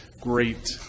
great